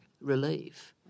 relief